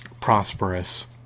prosperous